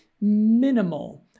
minimal